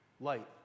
light